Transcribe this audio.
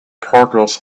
progress